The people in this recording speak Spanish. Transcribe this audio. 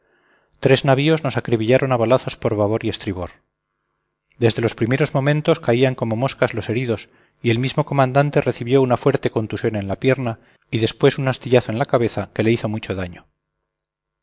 tres navíos nos acribillaron a balazos por babor y estribor desde los primeros momentos caían como moscas los heridos y el mismo comandante recibió una fuerte contusión en la pierna y después un astillazo en la cabeza que le hizo mucho daño